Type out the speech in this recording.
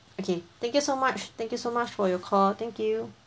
okay thank you so much thank you so much for your call thank you